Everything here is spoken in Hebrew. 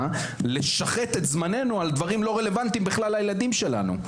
לשחת את זמננו על דברים שלא רלוונטיים בכלל לילדים שלנו,